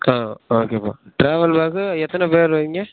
ஆ ஓகேப்பா ட்ராவல்க்காக எத்தனை பேர் வரீங்க